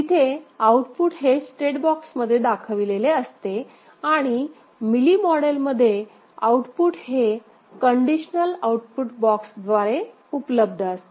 तिथे आउटपुट हे स्टेट बॉक्समध्ये दाखविलेले असते आणि मिली मॉडेलमध्ये आउटपुट हे कंडिशनल आउटपुट बॉक्सद्वारे उपलब्ध असते